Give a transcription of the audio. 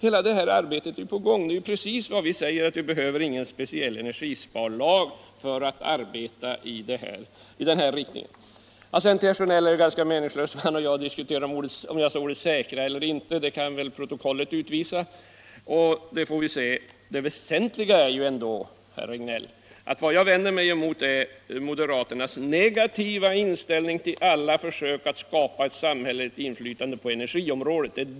Hela detta arbete är på gång. Det är precis som vi säger att vi behöver ingen speciell energisparlag för att arbeta i den här riktningen. Det är ganska meningslöst att herr Regnéll och jag diskuterar om jag sade ordet säkra eller inte. Det får protokollet utvisa. Det väsentliga är ändå, herr Regnéll, att jag vänder mig emot moderaternas negativa inställning till alla försök att skapa ett samhälleligt inflytande på energiområdet.